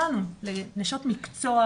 לנו כנשות מקצוע,